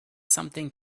something